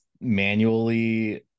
manually